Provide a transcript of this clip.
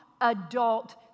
adult